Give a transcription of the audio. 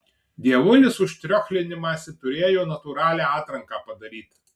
dievulis už triochlinimąsi turėjo natūralią atranką padaryt